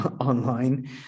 online